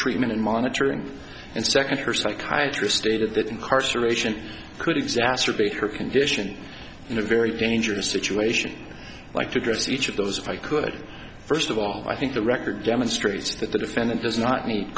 treatment and monitoring and second her psychiatrist stated that incarceration could exacerbate her condition in a very dangerous situation like to address each of those if i could first of all i think the record demonstrates that the defendant does not need